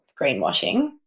greenwashing